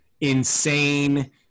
insane